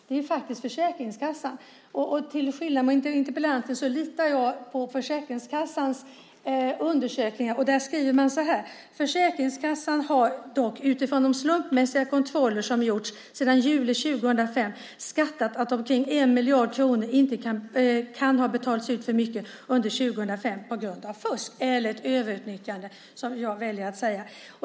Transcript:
Det är faktiskt Försäkringskassan som säger det, och till skillnad från interpellanten litar jag på Försäkringskassans undersökningar där de skriver att Försäkringskassan utifrån de slumpmässiga kontroller som sedan juli 2005 gjorts skattat att det kan ha betalats ut omkring 1 miljard kronor för mycket under 2005 på grund av fusk - eller överutnyttjande, som jag väljer att säga.